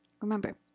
Remember